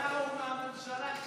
אתי, שר ההשכלה הוא מהממשלה שלך.